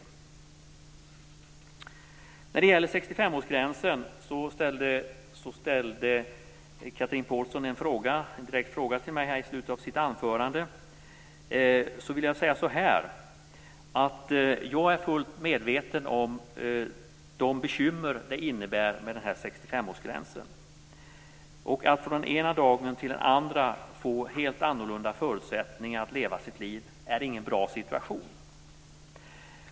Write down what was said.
Alla vet att 65-årsgränsen för assistansersättning är problematisk. Chatrine Pålsson ställde en direkt fråga till mig om detta i slutet av sitt anförande. Jag är fullt medveten om de bekymmer som 65-årsgränsen innebär. Att från den ena dagen till den andra få helt annorlunda förutsättningar att leva sitt liv är ingen bra situation.